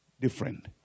different